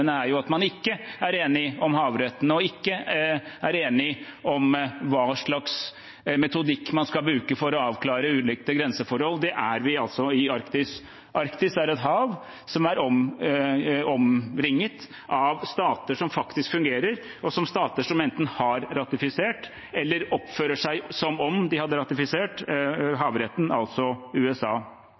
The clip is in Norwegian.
hva slags metodikk man skal bruke for å avklare ulike grenseforhold. Det er vi i Arktis. Arktis er et hav som er omringet av stater som faktisk fungerer, og som enten har ratifisert eller oppfører seg som om de hadde ratifisert havretten, altså USA.